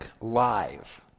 Live